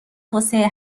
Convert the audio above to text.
توسعه